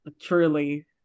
Truly